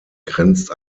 grenzt